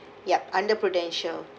yup under prudential